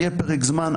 יהיה פרק זמן.